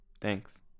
Thanks